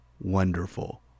wonderful